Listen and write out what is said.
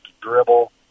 dribble